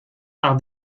par